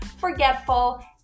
forgetful